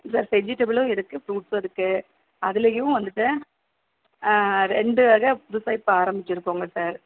sir வெஜிடபிளும் இருக்குது ஃப்ரூட்ஸும் இருக்குது அதுலேயும் வந்துட்டு ரெண்டு வகை புதுசாக இப்போ ஆரம்பித்திருக்கோங்க சார்